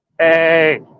Hey